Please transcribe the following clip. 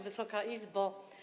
Wysoka Izbo!